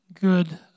good